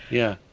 yeah,